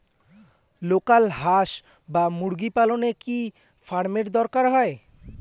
Local হাস বা মুরগি পালনে কি ফার্ম এর দরকার হয়?